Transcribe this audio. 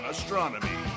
Astronomy